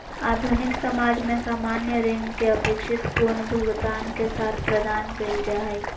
आधुनिक समाज में सामान्य ऋण के अपेक्षित पुनर्भुगतान के साथ प्रदान कइल जा हइ